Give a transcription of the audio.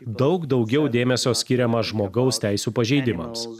daug daugiau dėmesio skiriama žmogaus teisių pažeidimams